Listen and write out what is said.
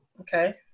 okay